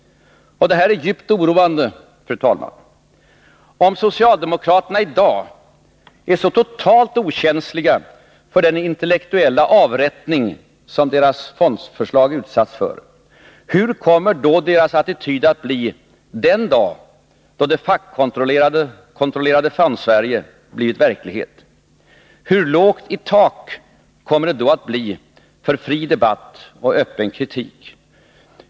Detta är, fru talman, djupt oroande. Om socialdemokraterna i dag är så totalt okänsliga för den intellektuella avrättning som deras fondförslag utsatts för, hur kommer då deras attityd att bli den dag då det fackkontrollerade Fondsverige har blivit verklighet? Hur lågt i tak kommer det då att bli för fri debatt och öppen kritik?